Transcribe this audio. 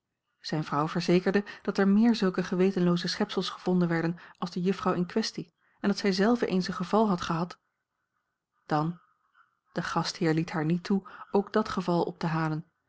zijne vrouw verzekerde dat er meer zulke gewetenlooze schepsels gevonden werden als de juffrouw in kwestie en dat zij zelve eens een geval had gehad dan de gastheer liet haar niet toe ook dàt geval op te halen